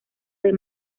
del